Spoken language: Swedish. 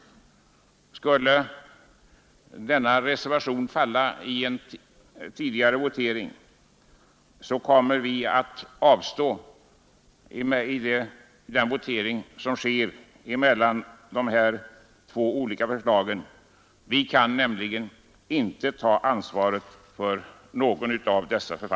Om vår reservation skulle falla i den förberedande voteringen kommer vi att avstå från att rösta i voteringen om de två författningsförslagen. Vi kan nämligen inte ta ansvar för något av dessa.